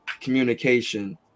communication